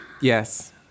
Yes